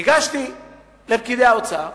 ניגשתי לפקידי האוצר,